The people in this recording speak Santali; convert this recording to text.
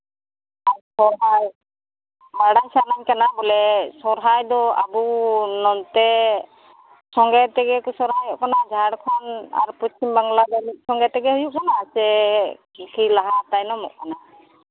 ᱵᱟᱲᱟᱭ ᱥᱟᱱᱟᱧ ᱠᱟᱱᱟ ᱵᱚᱞᱮ ᱥᱚᱨᱦᱟᱭ ᱫᱚ ᱟᱵᱚ ᱱᱚᱱᱛᱮ ᱥᱚᱝᱜᱮ ᱛᱮᱜᱮ ᱠᱚ ᱥᱚᱨᱦᱟᱭᱚᱜ ᱠᱟᱱᱟ ᱡᱷᱟᱲᱠᱷᱚᱸᱰ ᱟᱨ ᱯᱚᱪᱷᱤᱢ ᱵᱟᱝᱞᱟ ᱫᱚ ᱢᱤᱫ ᱥᱚᱝᱜᱮ ᱛᱮᱜᱮ ᱦᱩᱭᱩᱜ ᱠᱟᱱᱟ ᱥᱮ ᱠᱟᱹᱴᱤᱡ ᱞᱟᱦᱟ ᱛᱟᱭᱱᱚᱢᱚᱜ ᱠᱟᱱᱟ